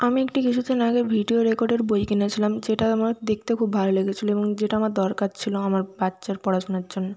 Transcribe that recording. আমি একটি কিছু দিন আগে ভিডিও রেকর্ডের বই কিনেছিলাম যেটা আমার দেখতে খুব ভালো লেগেছিল এবং যেটা আমার দরকার ছিল আমার বাচ্চার পড়াশোনার জন্য